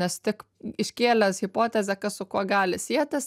nes tik iškėlęs hipotezę kas su kuo gali sietis